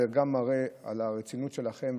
זה גם מראה על הרצינות שלכם,